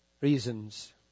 reasons